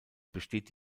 besteht